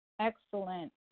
excellent